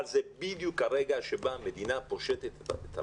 אבל זה בדיוק הרגע שבו המדינה פושטת את הרגל.